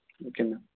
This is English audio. okay ma'am